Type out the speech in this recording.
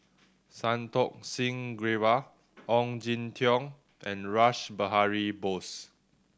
Santokh Singh Grewal Ong Jin Teong and Rash Behari Bose